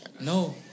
No